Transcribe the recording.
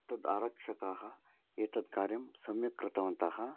तद् आरक्षकाः एतत् कार्यं सम्यक् कृतवन्तः